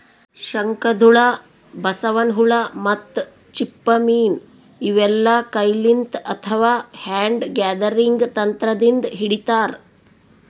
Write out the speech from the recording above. ಶಂಕದ್ಹುಳ, ಬಸವನ್ ಹುಳ ಮತ್ತ್ ಚಿಪ್ಪ ಮೀನ್ ಇವೆಲ್ಲಾ ಕೈಲಿಂತ್ ಅಥವಾ ಹ್ಯಾಂಡ್ ಗ್ಯಾದರಿಂಗ್ ತಂತ್ರದಿಂದ್ ಹಿಡಿತಾರ್